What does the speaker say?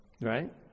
right